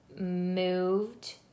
moved